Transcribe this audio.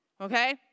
okay